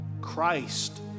Christ